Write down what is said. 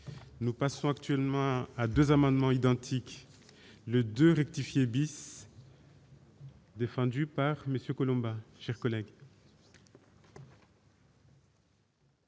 nous passons actuellement à 2 amendements identiques le de rectifier bis. Défendu par monsieur Colombain chers collègues.